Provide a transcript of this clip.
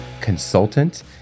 consultant